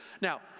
Now